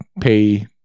pay